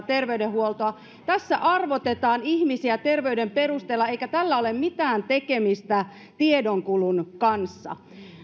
terveydenhuoltoa tässä arvotetaan ihmisiä terveyden perusteella eikä tällä ole mitään tekemistä tiedonkulun kanssa